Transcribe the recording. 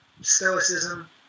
stoicism